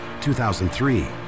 2003